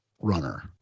runner